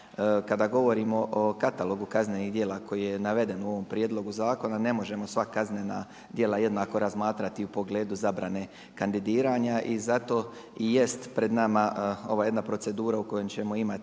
kada govorimo o katalogu kaznenih djela koji je naveden u ovom prijedlogu zakona ne možemo sva kaznena djela jednako razmatrati u pogledu zabrane kandidiranja. I zato i jest pred nama ova jedna procedura u kojoj ćemo imati